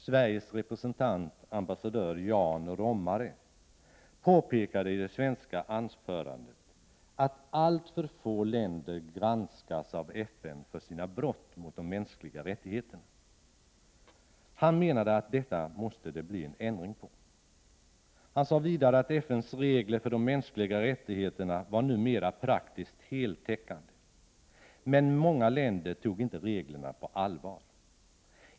Sveriges representant, ambassadör Jan Romare, påpekade i det svenska anförandet att alltför få länder granskas av FN för sina brott mot de mänskliga rättigheterna. Han menade att detta måste det bli en ändring på. Han sade vidare att FN:s regler för de mänskliga rättigheterna numera var praktiskt heltäckande, men många länder tog inte reglerna på allvar.